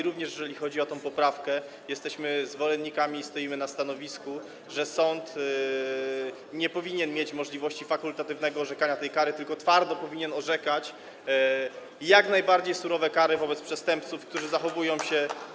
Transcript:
Również jeżeli chodzi o tę poprawkę, jesteśmy zwolennikami i stoimy na stanowisku, że sąd nie powinien mieć możliwości fakultatywnego orzekania tej kary, tylko twardo powinien orzekać jak najbardziej surowe kary wobec przestępców, którzy zachowują się.